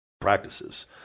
practices